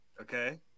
Okay